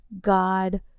God